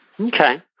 Okay